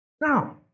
Now